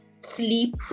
sleep